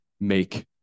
make